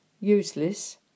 useless